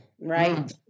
Right